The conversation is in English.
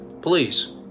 Please